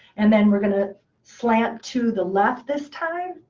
and then, we're going to slant to the left this time.